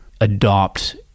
adopt